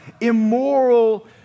immoral